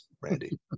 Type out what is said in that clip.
Randy